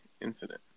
infinite